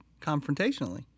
confrontationally